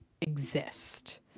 exist